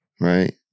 right